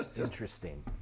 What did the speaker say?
interesting